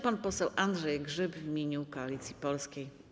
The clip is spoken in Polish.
Pan poseł Andrzej Grzyb w imieniu Koalicji Polskiej.